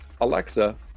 Alexa